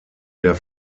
der